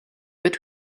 but